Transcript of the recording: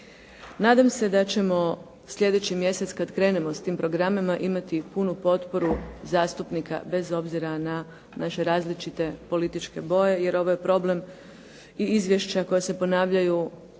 Nadam se da ćemo slijedeći mjesec kad krenemo s tim programima imati punu potporu zastupnika bez obzira na naše različite političke boje jer ovo je problem i izvješća koja se ponavljaju